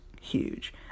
huge